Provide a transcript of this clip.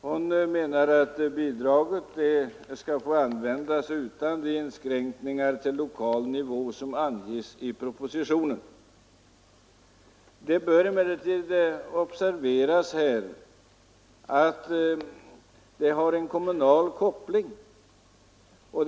Hon menar att bidraget skall få användas utan de inskränkningar till lokal nivå som anges i propositionen. Det bör emellertid observeras att bidraget är sammankopplat med kommunernas bidrag.